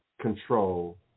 control